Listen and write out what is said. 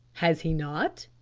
has he not?